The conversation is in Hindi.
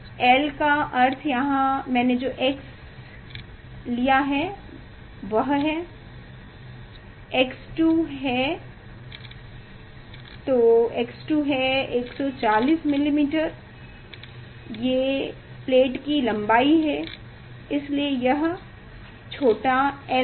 L का अर्थ यहाँ मैंने जो x लिया है वह है x2 है तो x2 है 140 मिलीमीटर ये प्लेट की लंबाई है इसलिए यह छोटा l है